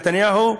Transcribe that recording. נתניהו,